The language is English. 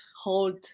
hold